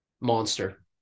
Monster